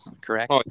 correct